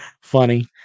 Funny